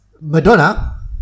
Madonna